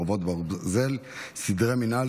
חרבות ברזל) (סדרי מינהל,